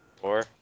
Four